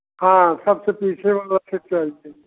हाँ सबसे पीछे वाला सीट चाहिए